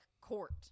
court